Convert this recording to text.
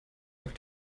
auf